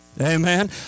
Amen